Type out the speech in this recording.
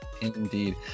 indeed